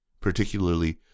particularly